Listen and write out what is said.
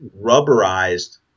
rubberized